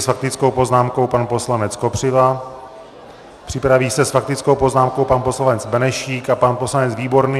S faktickou poznámkou pan poslanec Kopřiva, připraví se s faktickou poznámkou pan poslanec Benešík a pan poslanec Výborný.